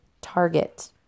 Target